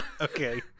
Okay